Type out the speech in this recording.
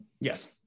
yes